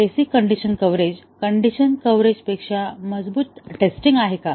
basic condition coverage condition कव्हरेजपेक्षा मजबूत testing आहे का